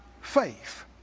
faith